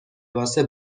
واسه